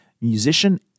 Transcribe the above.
musician